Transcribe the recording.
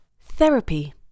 Therapy